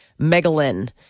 Megalyn